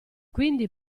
quindi